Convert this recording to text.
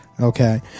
Okay